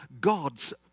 God's